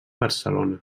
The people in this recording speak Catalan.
barcelona